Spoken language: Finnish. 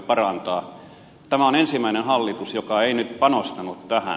tämä on ensimmäinen hallitus joka ei nyt panostanut tähän